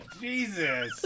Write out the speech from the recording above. Jesus